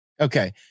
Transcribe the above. Okay